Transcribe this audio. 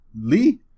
Lee